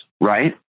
right